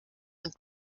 und